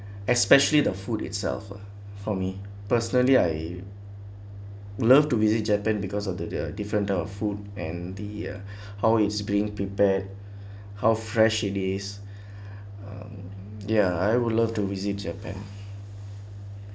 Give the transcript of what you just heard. especially the food itself ah for me personally I love to visit japan because of the the different type of food and the uh how it's being prepared how fresh it is um ya I would love to visit japan